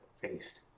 faced